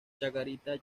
chacarita